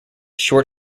short